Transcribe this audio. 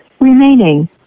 remaining